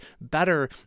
better